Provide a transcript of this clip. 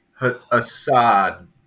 Assad